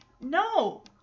No